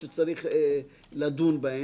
אם אתה שואל אותי,